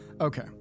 Okay